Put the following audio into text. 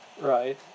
Right